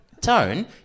Tone